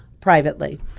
privately